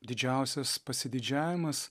didžiausias pasididžiavimas